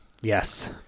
Yes